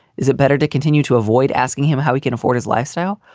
is it better to continue to avoid asking him how he can afford his lifestyle?